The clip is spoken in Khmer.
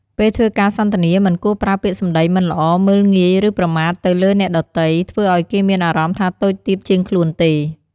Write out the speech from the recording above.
ពេលធ្វើការសន្ទនាមិនគួរប្រើពាក្យសម្តីមិនល្អ មើលងាយ ឬ ប្រមាថទៅលើអ្នកដទៃ ធ្វើឲ្យគេមានអារម្មណ៌ថាតូចទាបជាងខ្លួនទេ។